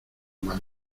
mal